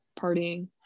partying